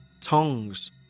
...tongs